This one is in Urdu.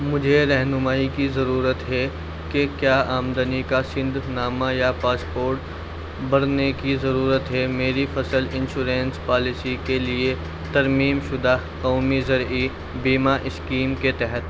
مجھے رہنمائی کی ضرورت ہے کہ کیا آمدنی کا سند نامہ یا پاسپورٹ بھرنے کی ضرورت ہے میری فصل انشورنس پالیسی کے لیے ترمیم شدہ قومی زرعی بیمہ اسکیم کے تحت